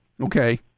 Okay